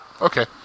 Okay